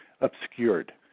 obscured